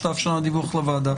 שתאפשרנה דיווח לוועדה,